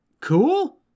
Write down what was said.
Cool